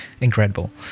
incredible